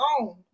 own